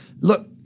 Look